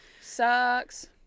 Sucks